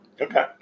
Okay